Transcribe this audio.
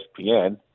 ESPN